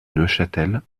neuchâtel